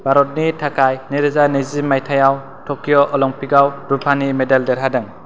भारतनि थाखाय नैरोजा नैजि मायथाइयाव टकिय' अलिमपिक आव रुपानि मेडेल देरहादों